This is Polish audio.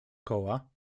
koła